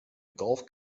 gulf